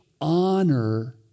honor